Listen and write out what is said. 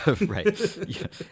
right